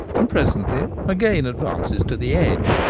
and presently again advances to the edge.